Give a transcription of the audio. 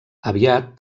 aviat